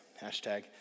hashtag